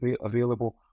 available